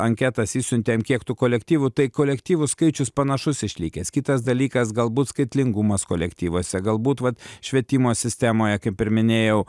anketas išsiuntėm kiek tų kolektyvų tai kolektyvų skaičius panašus išlikęs kitas dalykas galbūt skaitlingumas kolektyvuose galbūt vat švietimo sistemoje kaip ir minėjau